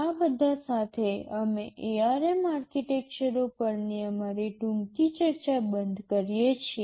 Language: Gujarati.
આ બધા સાથે અમે ARM આર્કિટેક્ચરો પરની અમારી ટૂંકી ચર્ચા બંધ કરીએ છીએ